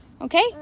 Okay